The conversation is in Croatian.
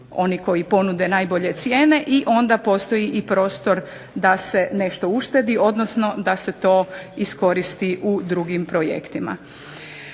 oni koji ponude najbolje cijene i onda postoji prostor da se nešto uštedi odnosno da se to iskoristi u drugim projektima.